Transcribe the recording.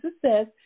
Success